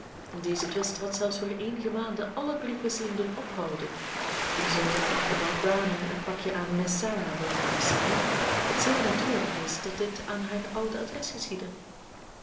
deze twist had zelfs voor eenige maanden alle briefwisseling doen ophouden zoodat ingeval browner een pakje aan miss sarah wilde afzenden het zeer natuurlijk is dat dit aan haar oude adres